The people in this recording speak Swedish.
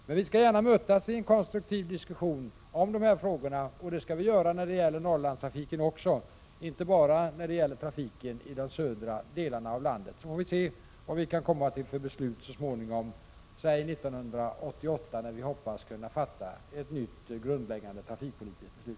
Men vi kan gärna mötas i en konstruktiv diskussion om dessa frågor. Jag avser då frågor som gäller även Norrlandstrafiken, inte bara trafiken i de södra delarna av landet. Sedan får vi se vilka beslut vi kan komma fram till så småningom — låt mig säga 1988 — då vi hoppas kunna fatta ett nytt grundläggande trafikpolitiskt beslut.